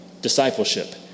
discipleship